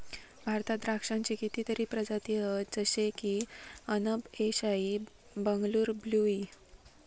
भारतात द्राक्षांची कितीतरी प्रजाती हत जशे की अनब ए शाही, बंगलूर ब्लू ई